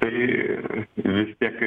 tai vis tiek